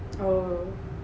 oh